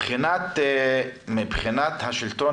מבחינת השלטון